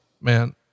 Man